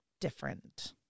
different